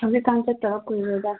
ꯍꯧꯖꯤꯛꯀꯥꯟ ꯆꯠꯇꯕ ꯀꯨꯏꯔꯦꯗ